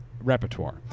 repertoire